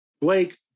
Blake